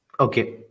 Okay